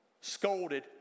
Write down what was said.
scolded